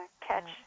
catch